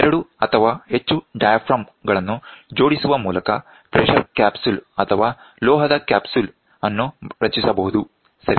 ಎರಡು ಅಥವಾ ಹೆಚ್ಚು ಡಯಾಫ್ರಾಮ್ ಗಳನ್ನು ಜೋಡಿಸುವ ಮೂಲಕ ಪ್ರೆಶರ್ ಕ್ಯಾಪ್ಸೂಲ್ ಅಥವಾ ಲೋಹದ ಕ್ಯಾಪ್ಸೂಲ್ ಅನ್ನು ರಚಿಸಬಹುದು ಸರಿನಾ